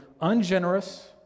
ungenerous